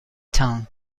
tongue